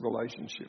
relationship